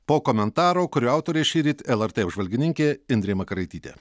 po komentaro kurio autorė šįryt lrt apžvalgininkė indrė makaraitytė